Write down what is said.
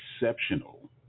exceptional